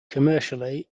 commercially